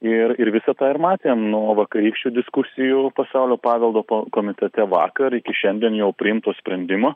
ir ir visą tą ir matėm nuo vakarykščių diskusijų pasaulio paveldo komitete vakar iki šiandien jau priimto sprendimo